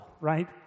right